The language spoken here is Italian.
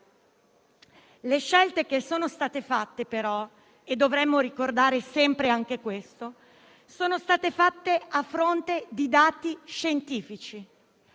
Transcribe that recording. Le scelte che sono state fatte però - e dovremmo ricordare sempre anche questo - sono state fatte a fronte di dati scientifici.